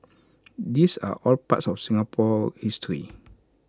these are all part of Singapore's history